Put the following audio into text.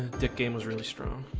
dick game was really strong.